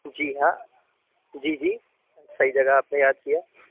جی ہاں جی جی صحیح جگہ آپ نے یاد کیا